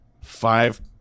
five